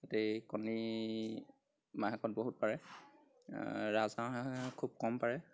গোটেই কণী মাহেকত বহুত পাৰে ৰাজহাঁহে খুব কম পাৰে